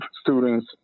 students